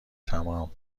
تمام